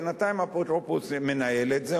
בינתיים האפוטרופוס מנהל את זה,